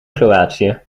kroatië